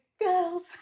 girls